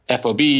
fob